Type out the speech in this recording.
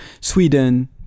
Sweden